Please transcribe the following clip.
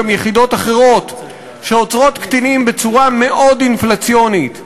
גם יחידות אחרות שעוצרות קטינים בצורה מאוד אינפלציונית,